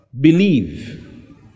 believe